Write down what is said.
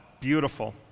Beautiful